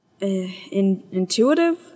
intuitive